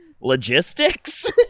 logistics